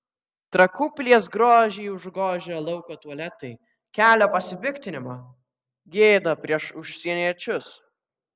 trakų pilies grožį užgožę lauko tualetai kelia pasipiktinimą gėda prieš užsieniečius